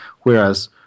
Whereas